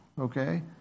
Okay